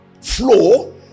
flow